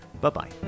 bye-bye